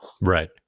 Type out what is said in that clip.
Right